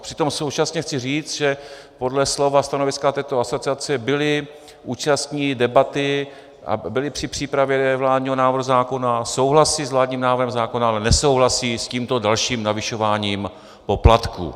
Přitom současně chci říct, že podle slov a stanoviska této asociace byli účastni debaty a byli při přípravě vládního návrhu zákona, souhlasí s vládním návrhem zákona, ale nesouhlasí s tímto dalším navyšováním poplatků.